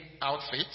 outfit